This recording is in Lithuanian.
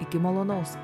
iki malonaus